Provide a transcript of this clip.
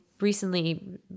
recently